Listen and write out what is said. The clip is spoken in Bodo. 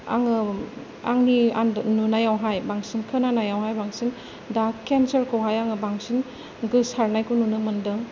आङो आंनि नुनायावहाय बांसिन खोनानायावहाय बांसिन दा केन्सार खौहाय आङो बांसिन गोसारनायखौ नुनो मोनदों